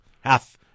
Half